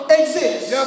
exists